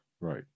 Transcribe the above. Right